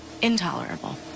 intolerable